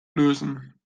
lösen